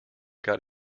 got